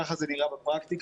כך זה נראה בפרקטיקה,